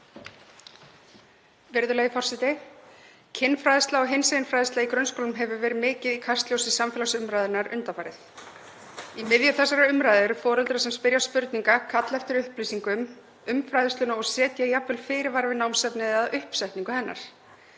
Virðulegi forseti. Kynfræðsla og hinsegin fræðsla í grunnskólum hefur verið mikið í kastljósi samfélagsumræðunnar undanfarið. Í miðju þessarar umræðu eru foreldrar sem spyrja spurninga, kalla eftir upplýsingum um fræðsluna og setja jafnvel fyrirvara við námsefnið eða uppsetningu hennar,